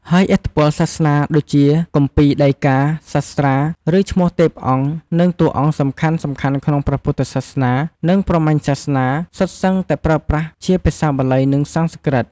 ហើយឥទ្ធិពលសាសនាដូចជា គម្ពីរដីកា សាស្ត្រា ឬឈ្មោះទេពអង្គ និងតួអង្គសំខាន់ៗក្នុងព្រះពុទ្ធសាសនា និងព្រហ្មញ្ញសាសនា សុទ្ធសឹងតែប្រើប្រាស់ភាសាបាលី និងសំស្រ្កឹត។